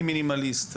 אני מינימליסט.